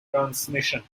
transmission